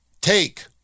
take